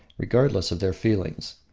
regardless of their feelings.